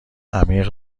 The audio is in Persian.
عمیق